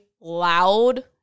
loud